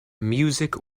music